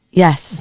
yes